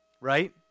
right